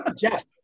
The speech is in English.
Jeff